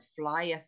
flyer